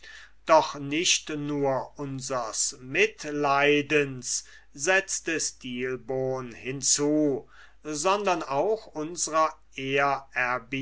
doch nicht nur unsers mitleidens setzte stilbon hinzu sondern auch